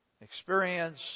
experience